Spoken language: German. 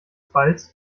balls